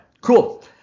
cool